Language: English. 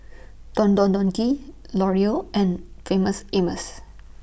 Don Don Donki L'Oreal and Famous Amos